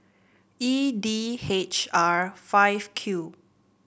E D H R five Q